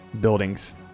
buildings